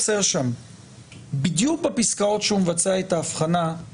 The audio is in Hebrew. פסקה חשובה מאוד.